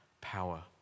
power